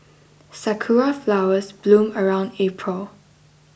sakura flowers bloom around April